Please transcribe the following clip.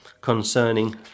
concerning